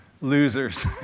losers